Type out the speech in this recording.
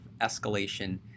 escalation